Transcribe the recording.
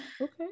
Okay